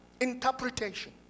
interpretation